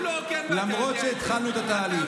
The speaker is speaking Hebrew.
למרות שהתחלנו את התהליך.